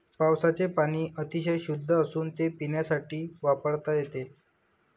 पावसाचे पाणी अतिशय शुद्ध असून ते पिण्यासाठी वापरता येते